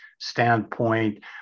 standpoint